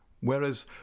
whereas